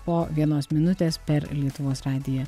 po vienos minutės per lietuvos radiją